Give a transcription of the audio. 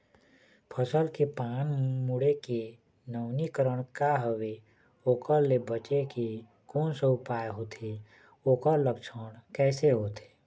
फसल के पान मुड़े के नवीनीकरण का हवे ओकर ले बचे के कोन सा उपाय होथे ओकर लक्षण कैसे होथे?